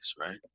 right